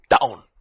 down